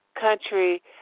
country